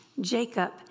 Jacob